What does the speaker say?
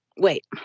Wait